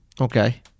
Okay